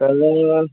चालेल न